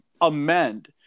amend